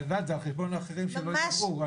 זה על חשבון אחרים שלא ידברו.